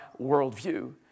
worldview